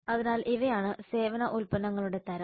അതിനാൽ ഇവയാണ് സേവന ഉൽപ്പന്നങ്ങളുടെ തരം